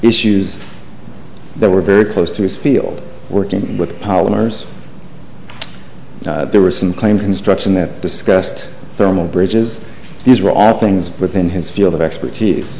issues that were very close to his field working with polymers there were some claim construction that discussed thermal bridges these were all things within his field of expertise